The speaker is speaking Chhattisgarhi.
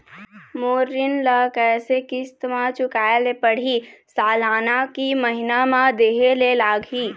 मोर ऋण ला कैसे किस्त म चुकाए ले पढ़िही, सालाना की महीना मा देहे ले लागही?